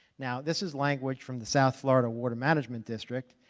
now this is language from the south florida water management district.